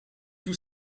tout